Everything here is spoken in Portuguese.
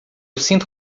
sinto